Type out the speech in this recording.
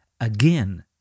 again